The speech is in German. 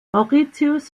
mauritius